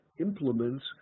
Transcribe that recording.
implements